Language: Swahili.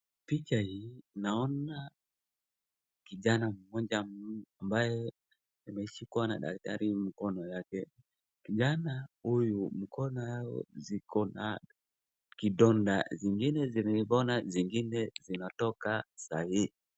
Kwa picha hii naona kijana mmoja ambaye ameshikwa na dakitari mkono yake. kijana huyu mikono yake ikona vidonda, zingine zimepona zingine zinatoka usaha.